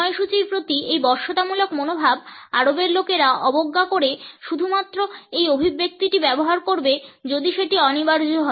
সময়সূচীর প্রতি এই বশ্যতামূলক মনোভাব আরবের লোকেরা অবজ্ঞা করে শুধুমাত্র এই অভিব্যক্তিটি ব্যবহার করবে যদি সেটি অনিবার্য হয়